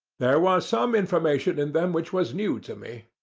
there was some information in them which was new to me.